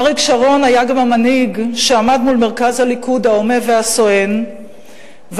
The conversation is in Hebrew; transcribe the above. אריק שרון היה גם המנהיג שעמד מול מרכז הליכוד ההומה והסואן ואמר: